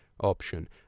option